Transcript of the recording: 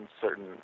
certain